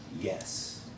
yes